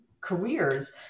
careers